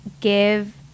give